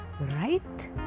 right